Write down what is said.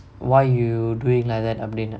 why you doing like that அப்டினு:apdinu